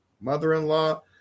mother-in-law